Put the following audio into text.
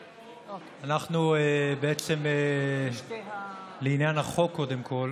אנחנו, בעצם לעניין החוק, קודם כול.